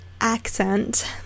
accent